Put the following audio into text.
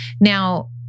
Now